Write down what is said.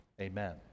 amen